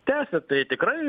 tęsia tai tikrai